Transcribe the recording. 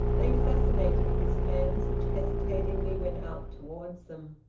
they fascinated his hands, which, hesitatingly, went out towards them.